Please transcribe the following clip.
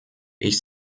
ich